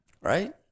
right